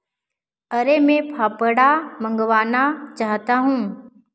अरे मैं फाफड़ा मँगवाना चाहता हूँ